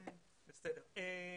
וב-זום.